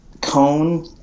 cone